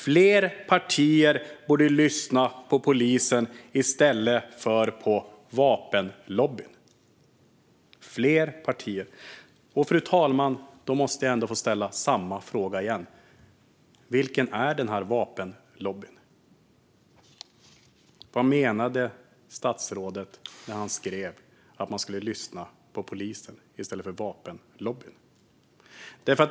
Fler partier borde lyssna på polisen istället för på vapenlobbyn." Fru talman! Då måste jag få ställa samma fråga igen: Vilken är den här vapenlobbyn? Vad menade statsrådet när han skrev att man skulle lyssna på polisen i stället för på vapenlobbyn?